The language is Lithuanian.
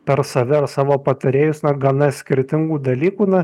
per save savo patarėjus nors gana skirtingų dalykų na